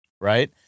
right